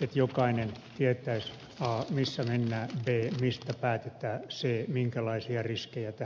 että jokainen tietäisi a missä mennään b mistä päätetään c minkälaisia riskejä tähän voi liittyä